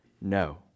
No